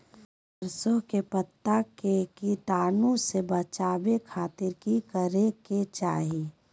सरसों के पत्ता के कीटाणु से बचावे खातिर की करे के चाही?